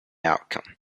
outcome